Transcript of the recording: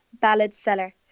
ballad-seller